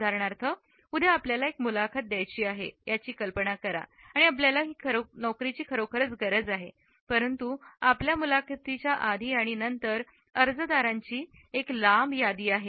उदाहरणार्थ उद्या आपल्याला एक मुलाखत घ्यायची आहे याची कल्पना करा आणि आपल्याला खरोखर नोकरी हवी आहे परंतु आपल्या मुलाखतीच्या आधी आणि नंतर अर्जदारांची एक लांब यादी आहे